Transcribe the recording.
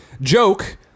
Joke